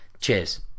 Cheers